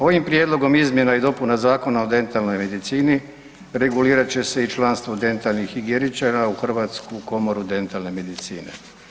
Ovim prijedlogom izmjena i dopuna Zakona o dentalnoj medicini regulirat će se i članstvo dentalnih higijeničara u Hrvatsku komoru dentalne medicine.